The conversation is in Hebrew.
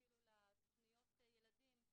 אפילו לתוכניות ילדים.